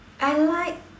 I like